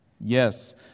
Yes